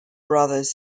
brothers